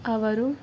ಅವರು